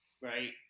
right